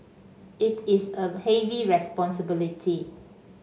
it is a heavy responsibility